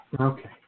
Okay